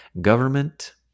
government